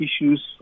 issues